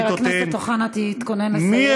חבר הכנסת אוחנה, תתכונן לסיים.